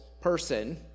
person